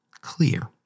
clear